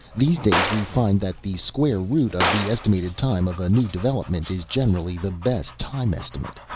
these days we find that the square root of the estimated time of a new development is generally the best time estimate.